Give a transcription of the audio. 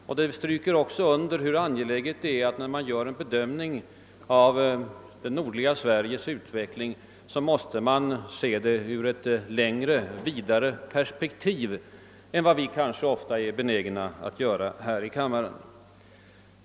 Detta understryker hur angeläget det är att bedöma det nordliga Sveriges utvecklingsmöjligheter ur ett vidare perspektiv än vi kanske ofta är benägna att göra här i kammaren.